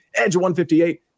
EDGE158